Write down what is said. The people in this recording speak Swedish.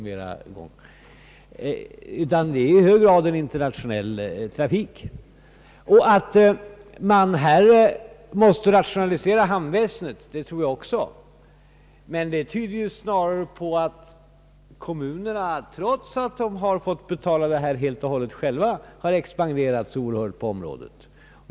Där har man i hög grad en internationell trafik, och jag tror också att man måste rationalisera hamnväsendet, men det tyder snarare på att kommunerna, trots att de har fått betala detta helt och hållet själva, expanderat så oerhört på området.